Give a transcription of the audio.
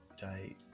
die